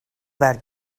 that